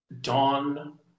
dawn